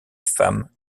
femmes